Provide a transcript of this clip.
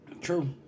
true